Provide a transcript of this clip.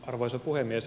arvoisa puhemies